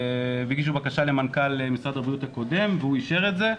הגישו בקשה למנכ"ל משרד הבריאות הקודם והוא אישר את זה.